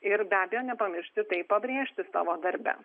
ir be abejo nepamiršti tai pabrėžti savo darbe